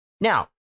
Now